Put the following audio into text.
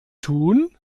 tun